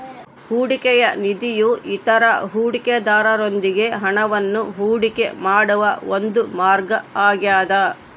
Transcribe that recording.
ಹೂಡಿಕೆಯ ನಿಧಿಯು ಇತರ ಹೂಡಿಕೆದಾರರೊಂದಿಗೆ ಹಣವನ್ನು ಹೂಡಿಕೆ ಮಾಡುವ ಒಂದು ಮಾರ್ಗ ಆಗ್ಯದ